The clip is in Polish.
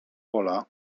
pola